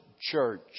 church